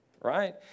right